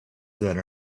that